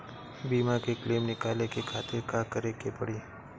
बीमा के क्लेम निकाले के खातिर का करे के पड़ी?